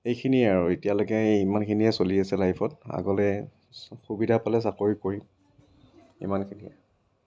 সেইখিনিয়ে আৰু এতিয়ালৈকে ইমানখিনিয়েই চলি আছে লাইফত আগলৈ সুবিধা পালে চাকৰি কৰিম সিমানখিনিয়ে